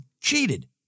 cheated